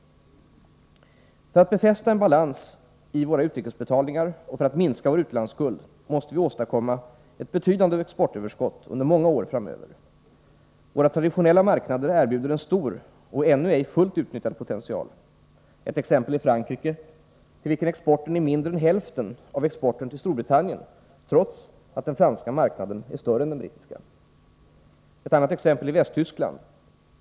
För att befästa en balans i våra utrikesbetalningar och för att minska vår utlandsskuld måste vi åstadkomma ett betydande exportöverskott under många år framöver. Våra traditionella marknader erbjuder en stor och ännu ej fullt utnyttjad potential. Ett exempel är marknaden i Frankrike, till vilken exporten är mindre än hälften av exporten till Storbritannien, trots att den franska marknaden är större än den brittiska. Ett annat exempel är Västtyskland.